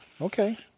Okay